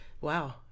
wow